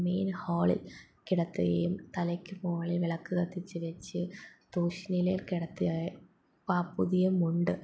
main ഹോളിൽ കിടത്തുകയും തലക്ക് മോളിൽ വിളക്ക് തത്തിച്ച് വെച്ച് കിടത്തി പുതിയ മുണ്ട്